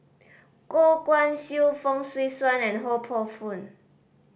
Goh Guan Siew Fong Swee Suan and Ho Poh Fun